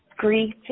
Grief